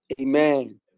Amen